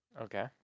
Okay